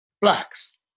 blacks